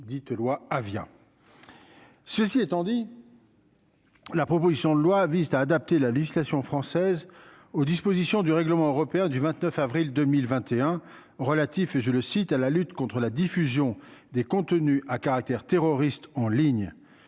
après-midi, il vise à adapter la législation française aux dispositions du règlement européen du 29 avril 2021 relatif à la lutte contre la diffusion des contenus à caractère terroriste en ligne,